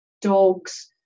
dogs